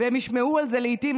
והם ישמעו על זה לעיתים